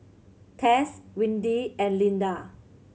Tess Windy and Linda